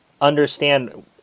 understand